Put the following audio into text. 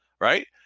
right